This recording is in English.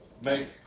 make